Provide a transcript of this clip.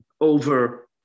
over